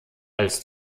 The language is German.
als